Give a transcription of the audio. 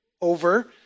over